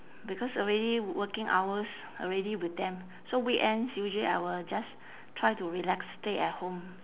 because already working hours already with them so weekends usually I will just try to relax stay at home